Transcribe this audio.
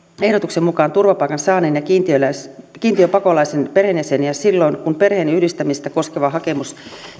ehdotuksen mukaan turvapaikan saaneen ja kiintiöpakolaisen perheenjäseniä silloin kun perheenyhdistämistä koskeva hakemus